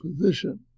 position